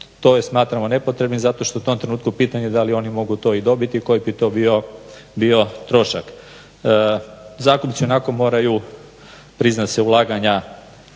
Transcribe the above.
to smatramo nepotrebnim zato što u tom trenutku pitanje da li oni mogu to i dobiti i koji bi to bio trošak. Zakupci će tako morati priznati ulaganja